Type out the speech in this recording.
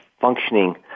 functioning